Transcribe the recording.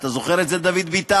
אתה זוכר את זה, דוד ביטן?